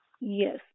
Yes